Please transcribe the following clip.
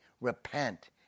repent